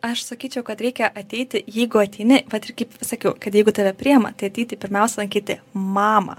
aš sakyčiau kad reikia ateiti jeigu ateini vat ir kaip sakiau kad jeigu tave priema tai ateiti pirmiausia lankyti mamą